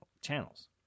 channels